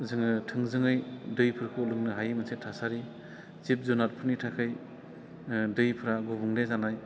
जोङो थोंजोङै दैफोरखौ लोंनो हायै मोनसे थासारि जिब जुनातफोरनि थाखाय दैफ्रा गुबुंले जानाय